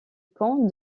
camp